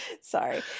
Sorry